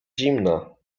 zimna